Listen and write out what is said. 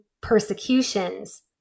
persecutions